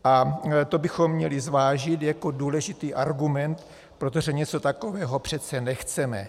A to bychom měli zvážit jako důležitý argument, protože něco takového přece nechceme.